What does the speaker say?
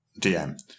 DM